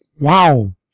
Wow